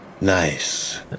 nice